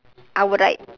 our right